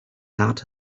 hat